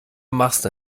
machste